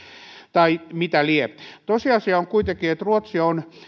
tai mitä lie tosiasia on kuitenkin että ruotsi on